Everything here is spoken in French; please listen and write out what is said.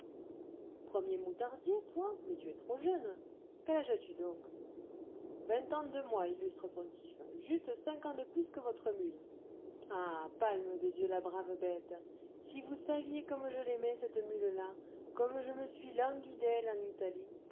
premier moutardier toi mais tu es trop jeune quel âge as-tu donc vingt ans deux mois illustre pontife juste cinq ans de plus que votre mule ah palme de dieu la brave bête si vous saviez comme je l'aimais cette mule là comme je me suis langui d'elle en italie